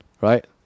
Right